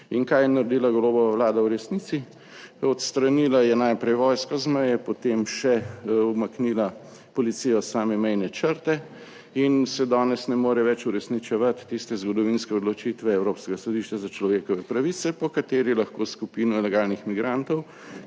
In kaj je naredila Golobova vlada v resnici? Odstranila je najprej vojska z meje, potem še umaknila policijo, same mejne črte in se danes ne more več uresničevati tiste zgodovinske odločitve Evropskega sodišča za človekove pravice, po kateri lahko skupino ilegalnih migrantov,